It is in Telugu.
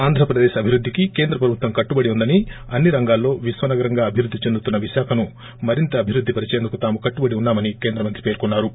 ఆంధ్రప్రదేశ్ అభివృద్ధికి కేంద్ర ప్రభుత్వం కట్టుబడి ఉందని అన్ని రంగాల్లో విశ్వనగరంగా అభివృద్ధి చెందుతున్న విశాఖను మరింత అభివృద్ధి పరిచేందుకు తాము కట్లుబడి ఉన్నా మని కేంద్రమంత్రి పేర్కొన్నా రు